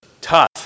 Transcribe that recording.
tough